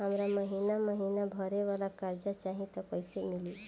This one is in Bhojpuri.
हमरा महिना महीना भरे वाला कर्जा चाही त कईसे मिली?